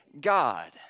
God